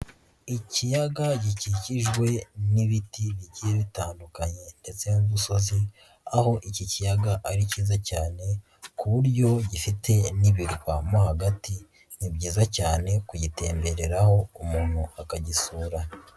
Ikiyaga gikikijwe n'ibiti bigiye bitandukanye, ndetse n'imisozi, aho iki kiyaga ari cyiza cyane, ku buryo gifite n'ibirwa mo hagati. Ni byiza cyane kugitembereraho umuntu akagisura.